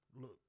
look